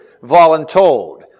voluntold